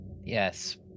Yes